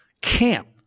camp